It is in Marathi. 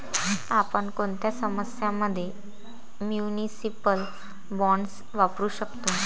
आपण कोणत्या समस्यां मध्ये म्युनिसिपल बॉण्ड्स वापरू शकतो?